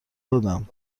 دادم